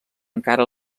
encara